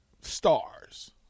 stars